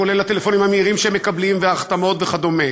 כולל הטלפונים המהירים שהם מקבלים וההחתמות וכדומה.